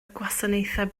gwasanaethau